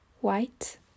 white